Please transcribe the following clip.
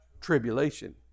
tribulation